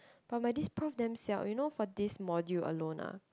but my this prof damn siao you know for this module alone ah